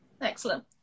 excellent